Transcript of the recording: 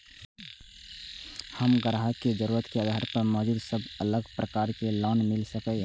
हम ग्राहक के जरुरत के आधार पर मौजूद सब अलग प्रकार के लोन मिल सकये?